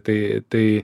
tai tai